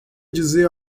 dizer